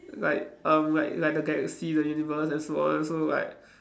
like um like like the galaxy the universe and so on so like